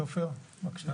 סופר, בבקשה.